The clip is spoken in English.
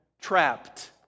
trapped